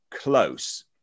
close